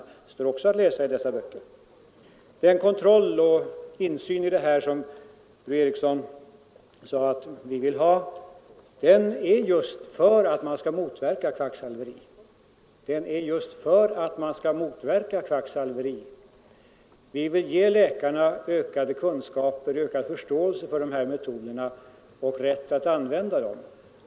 Det står också att läsa i dessa böcker. Den kontroll och insyn i dessa sammanhang som fru Eriksson talade om att vi vill ha är till just för att motverka kvacksalveri. Vi vill ge läkarna ökade kunskaper om och ökad förståelse för de här metoderna och rätt att använda dem.